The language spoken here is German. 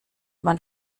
man